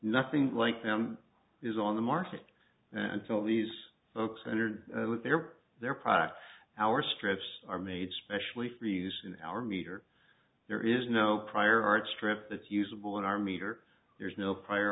nothing like them is on the market until these folks enter with their their product our strips are made specially for use in our meter there is no prior art strip that's usable in our meter there's no prior